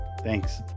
Thanks